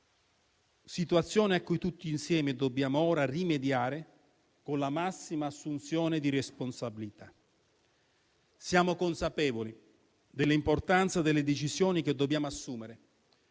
situazione a cui tutti insieme dobbiamo ora rimediare con la massima assunzione di responsabilità. Siamo consapevoli dell'importanza delle decisioni che dobbiamo assumere